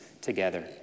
together